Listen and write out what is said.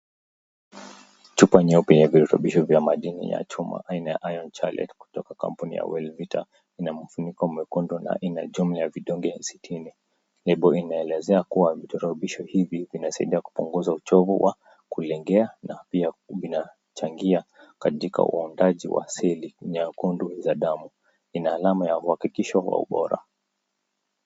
Chupa nyeupe ya vidorobisho vya madini ya chuma aina ya Iron Chelate kutoka kampuni ya Well Vita ina mfuniko mweundo na ina jumla ya vidonge 60. Lebo inaelezea kuwa vidorobisho hivi vinasaidia kupunguza uchovu wa kulengea na pia vinachangia katika uundaji wa seli nyekundu za damu. Ina alama ya uhakikisho wa ubora.